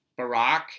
Barack